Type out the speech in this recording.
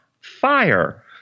fire